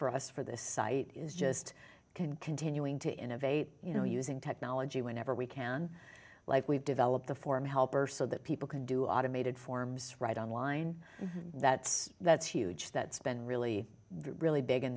for us for this site is just continuing to innovate you know using technology whenever we can like we've developed the form helper so that people can do automated forms right online that's that's huge that's been really really big